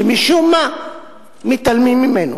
שמשום מה מתעלמים ממנו.